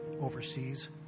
overseas